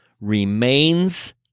remains